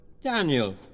Daniel